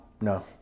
No